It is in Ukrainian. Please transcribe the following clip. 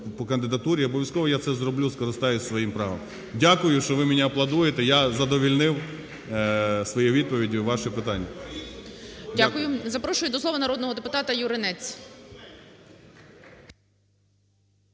по кандидатурі, обов'язково я це зроблю, скористаюсь своїм правом. Дякую, що ви мені аплодуєте, я задовольнив своєю відповіддю ваше питання. ГОЛОВУЮЧИЙ. Дякую. Запрошую до слова народного депутатаЮринець.